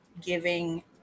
giving